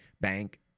bank